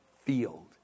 field